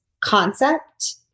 concept